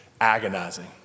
agonizing